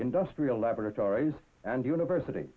industrial laboratories and university